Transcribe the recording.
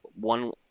one